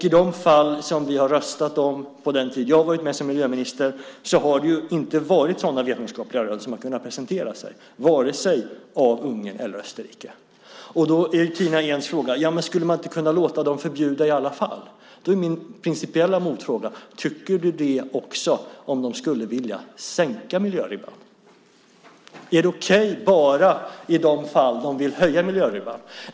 I de fall som vi har röstat om under den tid som jag har varit miljöminister har det inte varit sådana vetenskapliga rön som har presenterats vare sig av Ungern eller av Österrike. Då är Tina Ehns fråga: Skulle man inte kunna låta dem förbjuda i alla fall? Min principiella motfråga blir då: Tycker du det också om de skulle vilja sänka miljöribban? Är det okej bara i de fall de vill höja miljöribban?